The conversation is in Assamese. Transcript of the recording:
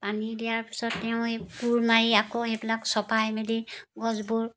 পানী দিয়াৰ পিছত তেওঁ এই কোৰ মাৰি আকৌ সেইবিলাক চপাই মেলি গছবোৰ